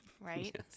right